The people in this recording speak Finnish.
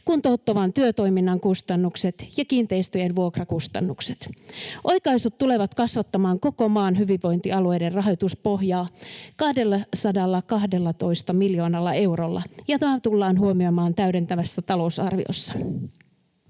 kuntouttavan työtoiminnan kustannukset ja kiinteistöjen vuokrakustannukset. Oikaisut tulevat kasvattamaan koko maan hyvinvointialueiden rahoituspohjaa 212 miljoonalla eurolla, ja tämä tullaan huomioimaan täydentävässä talousarviossa.